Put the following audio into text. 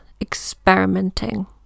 experimenting